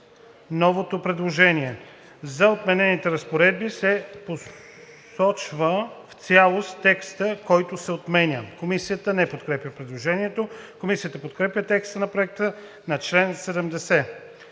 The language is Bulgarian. новото предложение. За отменените разпоредби се посочва в цялост текстът, който се отменя.“ Комисията не подкрепя предложението. Комисията подкрепя текста на Проекта за чл. 70.